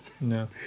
No